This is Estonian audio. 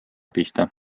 pihta